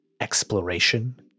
exploration